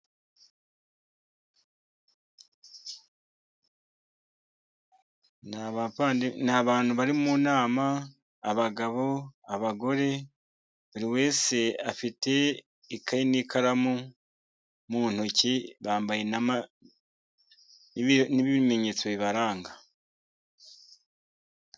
Ni abantu bari mu nama abagabo, abagore, buri wese afite ikayi n'ikaramu mu ntoki, bambaye n'ibimenyetso bibaranga.